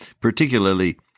particularly